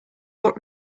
what